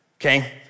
okay